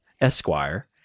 Esquire